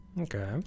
Okay